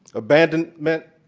abandonment,